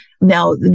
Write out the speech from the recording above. Now